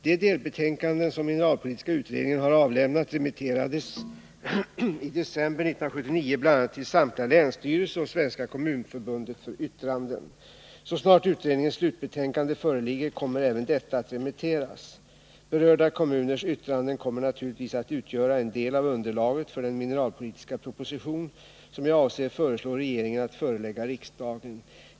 De delbetänkanden som mineralpolitiska utredningen har avlämnat remitterades i december 1979 bl.a. till samtliga länsstyrelser och Svenska kommunförbundet för yttranden. Så snart utredningens slutbetänkande föreligger, kommer även detta att remitteras. Berörda kommuners yttranden kommer naturligtvis att utgöra en del av underlaget för den mineralpolitiska proposition som jag avser föreslå regeringen att förelägga riksdagen.